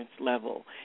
level